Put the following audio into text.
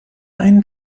einen